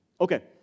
Okay